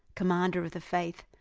commander of the faith,